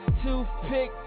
toothpick